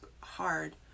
hard